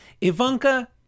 Ivanka